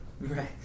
Right